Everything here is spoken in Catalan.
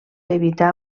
evitar